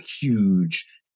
huge